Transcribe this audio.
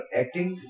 acting